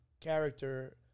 character